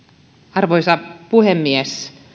arvoisa puhemies